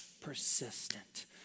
persistent